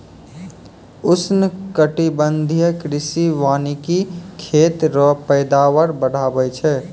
उष्णकटिबंधीय कृषि वानिकी खेत रो पैदावार बढ़ाबै छै